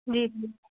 जी जी